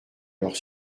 leur